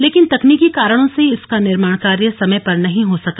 लेकिन तकनीकि कारणों से इसका निर्माण कार्य समय पर नहीं हो सका